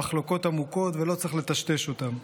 המחלוקות עמוקות ולא צריך לטשטש אותן.